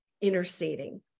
interceding